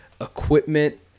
equipment